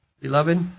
Beloved